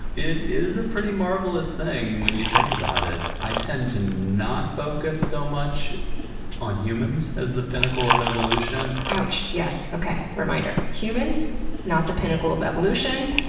it is a pretty marvelous thing when you think about it. i tend to not focus so much on humans as the pinnacle of evolution. ouch. yes, okay, reminder humans are not the pinnacle of evolution.